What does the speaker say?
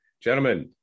Gentlemen